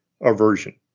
aversion